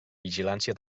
vigilància